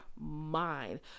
mind